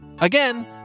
Again